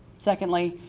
secondly,